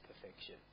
perfection